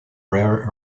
rare